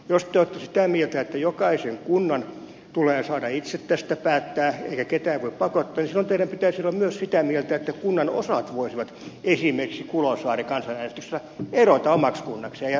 jos te olette sitä mieltä että jokaisen kunnan tulee saada itse tästä päättää eikä ketään voi pakottaa niin silloin teidän pitäisi olla myös sitä mieltä että kunnan osat voisivat esimerkiksi kulosaari kansanäänestyksellä erota omaksi kunnakseen